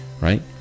right